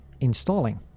Installing